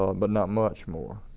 um but not much more,